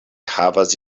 havas